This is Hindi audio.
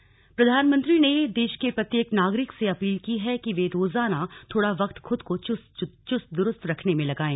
व्यायाम प्रधानमंत्री ने देश के प्रत्येक नागरिक से अपील की है कि वे रोजाना थोड़ा वक्त खुद को चुस्त दुरस्त रखने में लगाएं